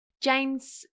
James